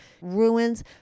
ruins